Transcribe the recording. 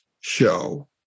show